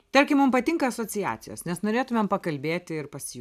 tarkim mum patinka asociacijos nes norėtumėm pakalbėti ir pasiju